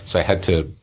so i had to